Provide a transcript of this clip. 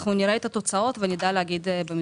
נראה את התוצאות ונדע לומר.